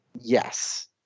Yes